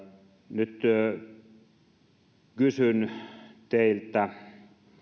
nyt kysyn teiltä